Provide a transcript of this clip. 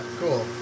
cool